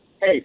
Hey